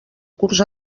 curs